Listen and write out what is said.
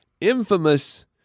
infamous